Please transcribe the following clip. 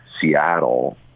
Seattle